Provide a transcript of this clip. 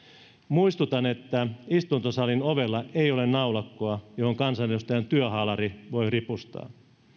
muistutan että istuntosalin ovella ei ole naulakkoa johon kansanedustajan työhaalarin voi ripustaa